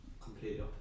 completely